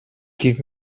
give